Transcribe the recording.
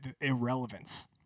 irrelevance